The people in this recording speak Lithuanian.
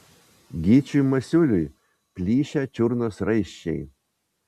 gyčiui masiuliui plyšę čiurnos raiščiai